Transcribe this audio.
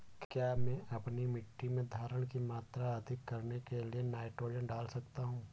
क्या मैं अपनी मिट्टी में धारण की मात्रा अधिक करने के लिए नाइट्रोजन डाल सकता हूँ?